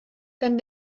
dann